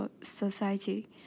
society